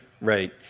right